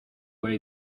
where